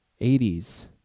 80s